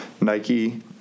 Nike